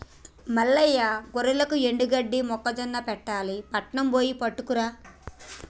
మల్లయ్య గొర్రెలకు ఎండుగడ్డి మొక్కజొన్న పెట్టాలి పట్నం బొయ్యి పట్టుకురా